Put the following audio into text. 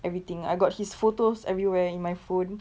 everything I got his photos everywhere in my phone